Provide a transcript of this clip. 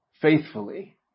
faithfully